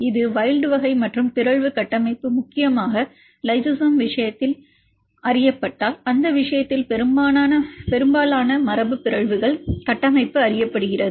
இது வைல்ட் வகை மற்றும் பிறழ்வு கட்டமைப்பு முக்கியமாக லைசோசைம் விஷயத்தில் அறியப்பட்டால் அந்த விஷயத்தில் பெரும்பாலான மரபுபிறழ்வுகள் கட்டமைப்பு அறியப்படுகிறது